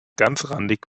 ganzrandig